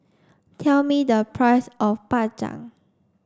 tell me the price of Bak Chang